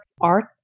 art